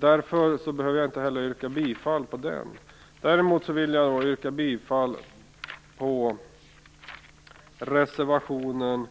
Därför behöver jag inte heller yrka bifall till denna motion. Däremot vill jag yrka bifall till reservation nr